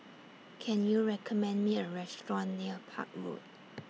Can YOU recommend Me A Restaurant near Park Road